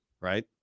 Right